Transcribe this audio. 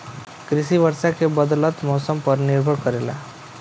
कृषि वर्षा और बदलत मौसम पर निर्भर करेला